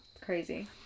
Crazy